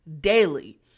daily